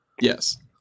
yes